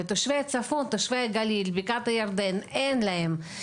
לתושבי הצפון הגליל, בקעת הירדן אין להם.